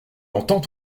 entends